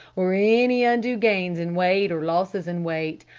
or any undue gains in weight or losses in weight,